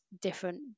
different